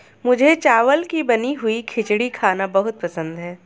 मुझे चावल की बनी हुई खिचड़ी खाना बहुत पसंद है